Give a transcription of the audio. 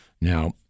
Now